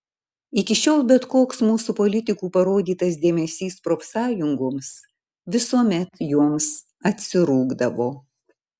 iki šiol bet koks mūsų politikų parodytas dėmesys profsąjungoms visuomet joms atsirūgdavo